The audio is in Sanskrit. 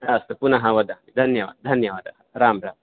अस्तु पुनः वदामि धन्यवादः धन्यवादः राम् राम्